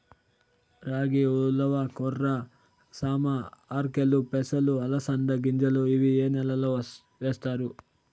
రాగి, ఉలవ, కొర్ర, సామ, ఆర్కెలు, పెసలు, అలసంద గింజలు ఇవి ఏ నెలలో వేస్తారు?